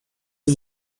die